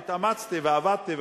והתאמצתי ועבדתי,